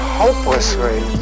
hopelessly